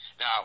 Now